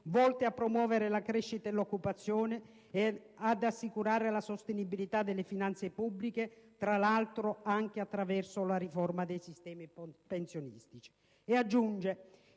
volte a promuovere la crescita e l'occupazione e ad assicurare la sostenibilità delle finanze pubbliche, tra l'altro anche attraverso la riforma dei sistemi pensionistici».